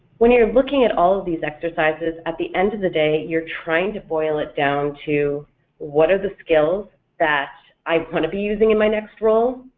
when you're looking at all these exercises at the end of the day you're trying to boil it down to what are the skills that i want to be using in my next role?